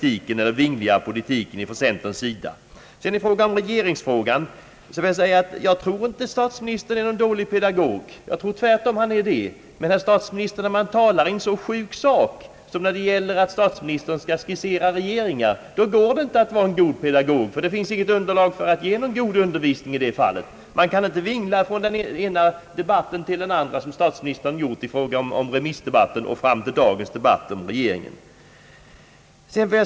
ler vingliga politik. Beträffande regeringsfrågan vill jag säga, att jag inte tror att statsministern är en dålig pedagog. Jag tror tvärtom att han är en god pedagog. Men när man talar i en så sjuk sak som när det gäller att statsministern skall skissera regeringar, då går det inte att vara en god pedagog, ty det finns inget underlag för att ge någon god undervisning i detta fall. Man kan inte vingla från den ena debatten till den andra, som statsministen gjort i fråga om remissdebatten och fram till dagens debatt om regeringen.